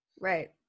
right